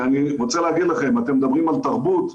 אני רוצה להגיד לכם אתם מדברים על תרבות?